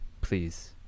Please